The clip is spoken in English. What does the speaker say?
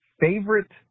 favorite